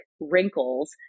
wrinkles